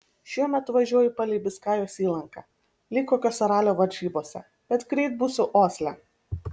šiuo metu važiuoju palei biskajos įlanką lyg kokiose ralio varžybose bet greit būsiu osle